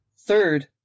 Third